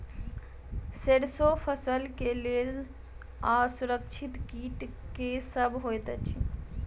सैरसो फसल केँ लेल असुरक्षित कीट केँ सब होइत अछि?